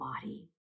body